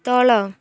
ତଳ